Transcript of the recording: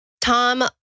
Tom